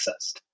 accessed